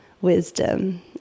wisdom